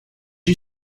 you